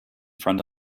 front